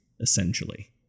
essentially